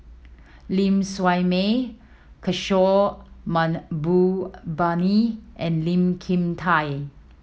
Ling Siew May Kishore Mahbubani and Lee Kin Tat